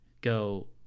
go